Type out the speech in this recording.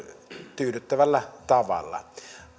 tyydyttävällä tavalla